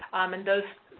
um and those,